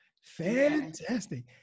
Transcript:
Fantastic